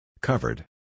Covered